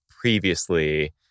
previously